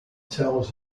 tells